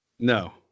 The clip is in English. No